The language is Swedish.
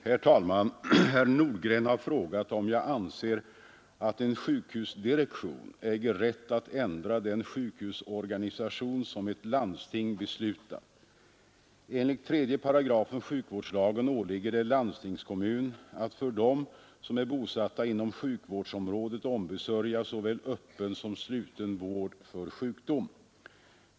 Herr talman! Herr Nordgren har frågat om jag anser att en sjukhusdirektion äger rätt att ändra den sjukhusorganisation som ett landsting beslutat. Enligt 3 § sjukvårdslagen åligger det landstingskommun att för dem som är bosatta inom sjukvårdsområdet ombesörja såväl öppen som sluten vård för sjukdom.